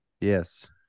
Yes